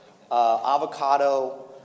Avocado